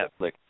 Netflix